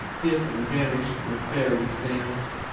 dip, and vanish with fairy sails.